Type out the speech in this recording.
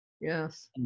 Yes